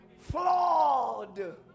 Flawed